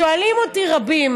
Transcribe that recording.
שואלים אותי רבים: